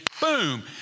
boom